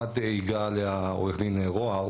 באחת ייגע עו"ד רוהר,